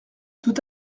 tout